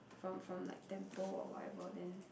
from from like temple or whatever then